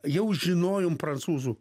jau žinojom prancūzų